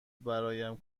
برایم